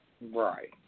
Right